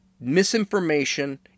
Misinformation